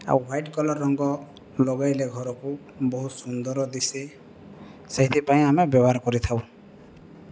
ଆଉ white colour ରଙ୍ଗ ଲଗେଇଲେ ଘରକୁ ବହୁତ ସୁନ୍ଦର ଦିଶେ ସେଇଥିପାଇଁ ଆମେ ବ୍ୟବହାର କରିଥାଉ